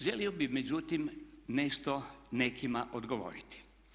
Želio bih međutim nešto nekima odgovoriti.